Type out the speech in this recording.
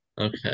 Okay